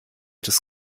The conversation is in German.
des